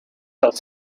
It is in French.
dans